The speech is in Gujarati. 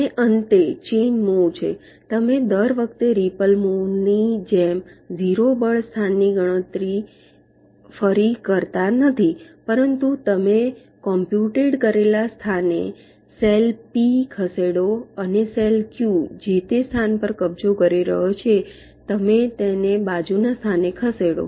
અને અંતે ચેન મુવ છે તમે દર વખતે રીપલ મુવ ની જેમ 0 બળ સ્થાન ની ફરી ગણતરી કરતા નથી પરંતુ તમે કોમ્પ્યુટ કરેલા સ્થાને સેલ પી ખસેડો અને સેલ ક્યૂ જે તે સ્થાન પર કબજો કરી રહ્યો છે તમે તેને બાજુના સ્થાને ખસેડો